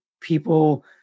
people